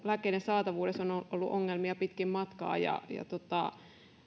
lääkkeiden saatavuudessa on on ollut ongelmia pitkin matkaa ja